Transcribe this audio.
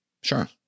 Sure